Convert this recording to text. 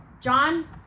John